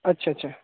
अच्छा अच्छा